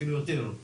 אפילו יותר,